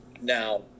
Now